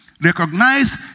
Recognize